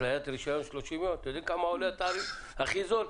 התליית רישיון 30 יום אתם יודעים כמה עולה התהליך הכי זול?